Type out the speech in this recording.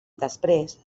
després